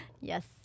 Yes